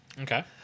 Okay